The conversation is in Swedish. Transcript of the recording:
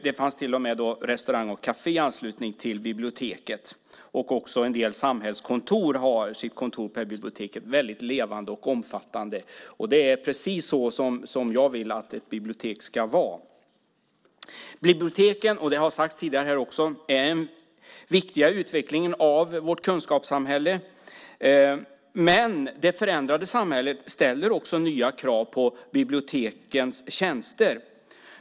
Det fanns till och med restaurang och kafé i anslutning till biblioteket. Även en del samhällskontor finns där. Det är väldigt levande och omfattande. Det är precis så som jag vill att ett bibliotek ska vara. Biblioteken är viktiga i utvecklingen av vårt kunskapssamhälle, vilket också har sagts här tidigare. Men det förändrade samhället ställer också nya krav på bibliotekens tjänster.